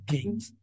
Kings